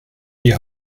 die